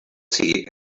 tea